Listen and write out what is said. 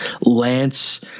Lance